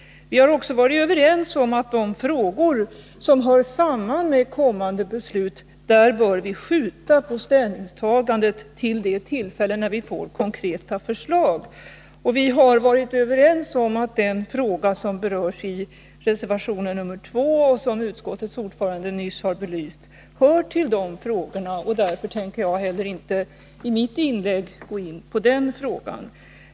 Vi har också varit överens om att vi i de frågor som hör samman med kommande beslut bör skjuta på ställningstagandet till de tillfällen när vi får konkreta förslag. Vi har varit överens om att den fråga som berörs i reservationen nr 2 och som utskottets ordförande nyss har belyst hör till den kategorin, och därför tänker jag i mitt inlägg inte gå in på den.